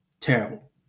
terrible